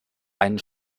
einen